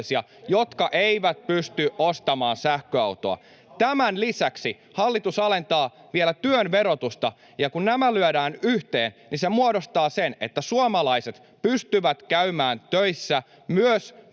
pettää aina!] Tämän lisäksi hallitus alentaa vielä työn verotusta, ja kun nämä lyödään yhteen, niin se muodostaa sen, että suomalaiset pystyvät käymään töissä myös